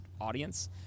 audience